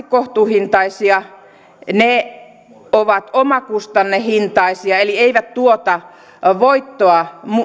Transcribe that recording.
kohtuuhintaisia ovat omakustannehintaisia eli eivät tuota voittoa